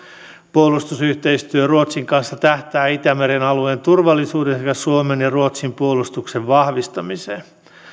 puolustusyhteistyö ruotsin kanssa tähtää itämeren alueen turvallisuuden sekä suomen ja ruotsin puolustuksen vahvistamiseen